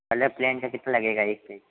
colour plain का कितना लगेगा एक पेज